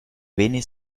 wenig